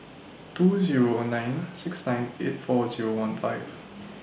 two Zero nine six nine eight four Zero one five